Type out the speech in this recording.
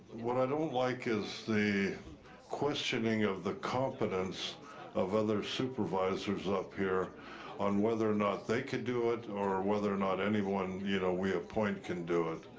what i don't like is the questioning of the competence of other supervisors up here on whether or not they could do it or whether or not anyone you know we appoint can do it,